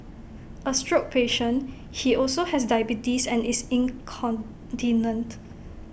A stroke patient he also has diabetes and is incontinent